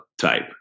type